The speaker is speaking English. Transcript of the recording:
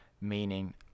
meaning